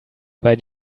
weil